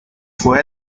fue